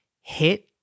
hit